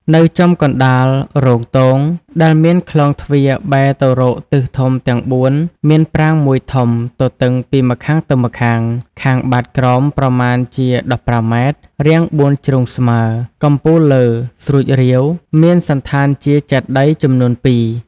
នៅចំកណ្ដាលរោងទង ដែលមានខ្លោងទ្វារបែរទៅរកទិសធំទាំងបួនមានប្រាង្គមួយធំ ទទឹងពីម្ខាងទៅម្ខាង ខាងបាតក្រោមប្រមាណជា ១៥ ម៉ែត្រ រាងបួនជ្រុងស្មើ កំពូលលើស្រួចរៀវ មានសណ្ឋានជាចេតិយចំនួនពីរ ។